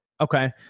Okay